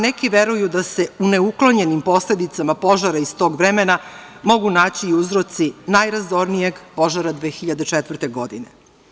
Neki veruju da se u neuklonjenim posledicama požara iz tog vremena mogu naći i uzroci najrazornijeg požara 2004. godine.